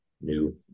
new